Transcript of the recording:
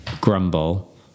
grumble